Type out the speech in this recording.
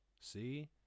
see